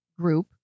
group